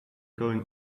going